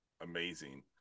amazing